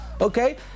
okay